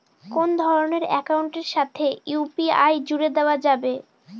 কোন ধরণের অ্যাকাউন্টের সাথে ইউ.পি.আই জুড়ে দেওয়া যাবে?